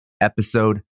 Episode